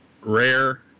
rare